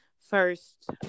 first